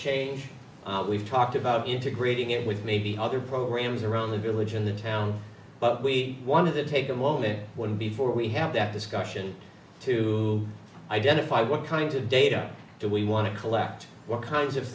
change we've talked about integrating it with maybe other programs around the village in the town but we want to take a moment when before we have that discussion to identify what kind of data do we want to collect what kinds of